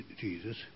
Jesus